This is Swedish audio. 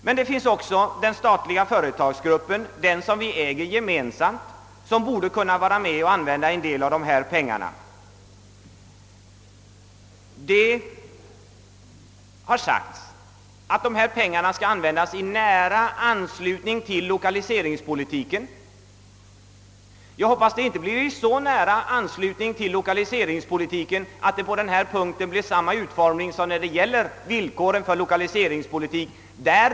Vi har också den statliga företagsgruppen, den som vi gemensamt äger, och den borde kunna vara med och få en del av pengarna. Det har sagts att dessa pengar skall användas i nära anslutning till lokaliseringspolitiken. Jag hoppas att det inte blir i så nära anslutning att det blir samma utformning beträffande villkoren som för lokaliseringspolitiken.